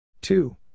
Two